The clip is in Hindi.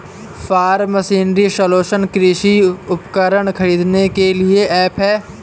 फॉर्म मशीनरी सलूशन कृषि उपकरण खरीदने के लिए ऐप है